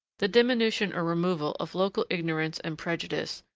the diminution or removal of local ignorance and prejudice,